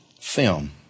film